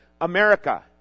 America